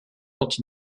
anti